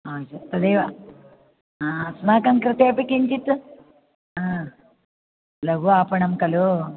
हा तदेव अस्माकं कृतेऽपि किञ्चित् हा लघु आपणं खलु